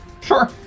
Sure